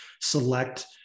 select